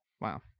Wow